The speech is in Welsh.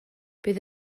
bydd